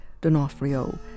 D'Onofrio